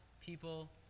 people